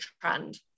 trend